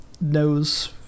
knows